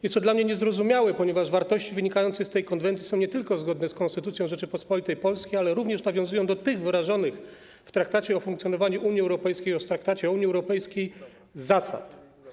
Jest to dla mnie niezrozumiałe, ponieważ wartości wynikające z tej konwencji nie tylko są zgodne z Konstytucją Rzeczypospolitej Polskiej, ale również nawiązują do tych wyrażonych w Traktacie o funkcjonowaniu Unii Europejskiej oraz Traktacie o Unii Europejskiej zasad.